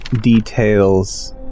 details